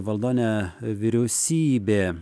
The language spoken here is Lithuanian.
valdonę vyriausybė